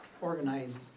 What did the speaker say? organized